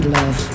love